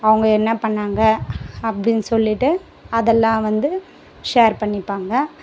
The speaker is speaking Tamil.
அவங்க என்ன பண்ணாங்க அப்படின்னு சொல்லிவிட்டு அதெல்லாம் வந்து ஷேர் பண்ணிப்பாங்க